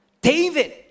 David